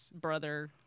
brother